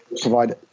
provide